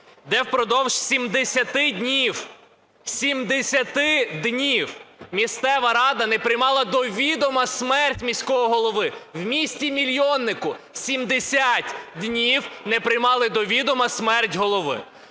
70 днів, 70 днів місцева влада не приймала до відома смерть міського голови, в місті-мільйоннику 70 днів не приймали до відома смерть голови.